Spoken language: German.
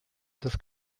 dass